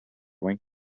wing